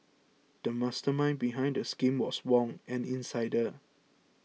the mastermind behind the scheme was Wong an insider